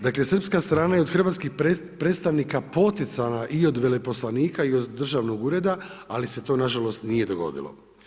Dakle, srpska strana je od hrvatskih predstavnika poticana i od veleposlanika i od državnog ureda, ali se to nažalost, nije dogodilo.